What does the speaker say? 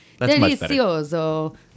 delicioso